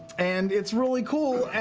and it's really cool,